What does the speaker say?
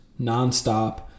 nonstop